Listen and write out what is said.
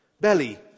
belly